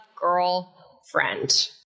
girlfriend